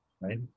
right